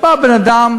בא בן-אדם,